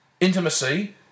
Intimacy